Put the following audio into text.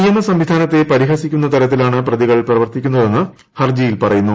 നിയമ സംവിധാനത്തെ പരിഹസിക്കുന്ന തരത്തിലാണ് പ്രതികൾ പ്രവർത്തിക്കുന്നതെന്ന് ഹർജിയിൽ പറയുന്നു